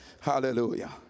Hallelujah